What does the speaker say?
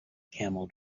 camel